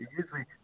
usually